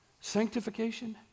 Sanctification